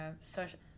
social